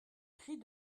prix